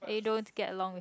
they don't get along with